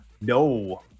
No